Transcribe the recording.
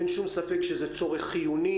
אין שום ספק שזה צורך חיוני,